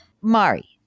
Mari